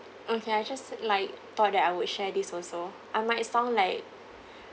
okay I just like thought that I would share this also I might sound like